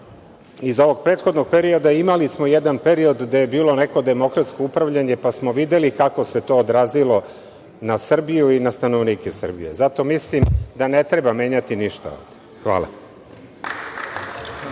našeg prethodnog perioda imali smo jedan period gde je bilo neko demokratsko upravljanje pa smo videli kako se to odrazilo na Srbiju i na stanovnike Srbije. Zato mislim da ne treba menjati ništa ovde.